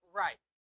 right